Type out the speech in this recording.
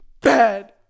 Bad